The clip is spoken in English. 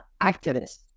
activists